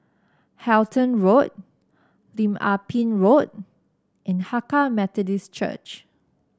Halton Road Lim Ah Pin Road and Hakka Methodist Church